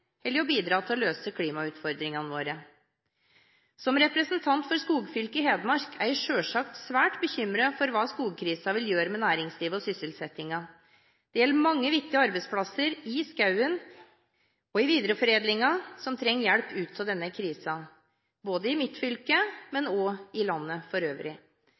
eller når det gjelder å bidra til å løse klimautfordringene våre. Som representant for skogfylket Hedmark er jeg selvsagt svært bekymret for hva skogkrisen vil gjøre med næringslivet og sysselsettingen. Det gjelder mange viktige arbeidsplasser i skogen og i videreforedlingen, der en trenger hjelp ut av denne krisen, både i mitt fylke og i landet for øvrig.